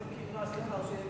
סליחה.